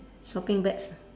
shopping bags